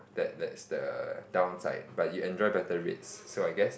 that that's the downside but you enjoy better rates so I guess it's